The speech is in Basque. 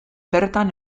bertan